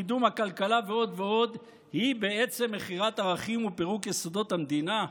קידום הכלכלה ועוד ועוד היא בעצם מכירת ערכים ופירוק יסודות המדינה?